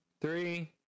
Three